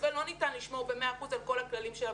ולא ניתן לשמור ב- 100% על כל הכללים של הבריאות,